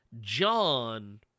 John